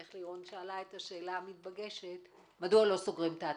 איך לירון שאלה את השאלה המתבקשת מדוע לא סוגרים את האתרים?